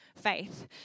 faith